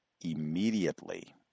immediately